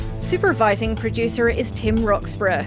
supervising producer is tim roxburgh.